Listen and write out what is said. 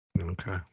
Okay